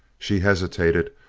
she hesitated,